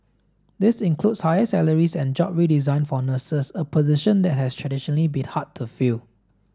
this includes higher salaries and job redesign for nurses a position that has traditionally been hard to fill